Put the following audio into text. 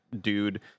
dude